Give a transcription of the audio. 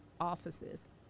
offices